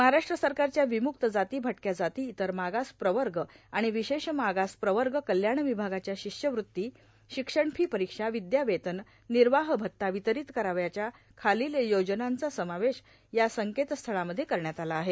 महाराष्ट्र सरकारच्या र्विमुक्त जाती भटक्या जमाती इतर मागास प्रवग आण र्वशेष मागास प्रवग कल्याण र्वभागाच्या शिष्यवृत्ती शिक्षण फों परांक्षा विदयावेतनं र्मनवाह भत्ता वितरांत करावयाच्या खालोल योजनांचा समावेश या संकेतस्थळामध्ये करण्यात आला आहे